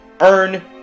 Earn